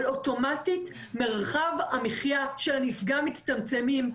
אבל אוטומטית מרחב המחיה של הנפגע מצטמצמים.